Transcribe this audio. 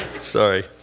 Sorry